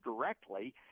directly